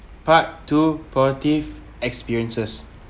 part two positive experiences